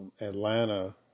Atlanta